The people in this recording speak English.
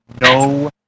no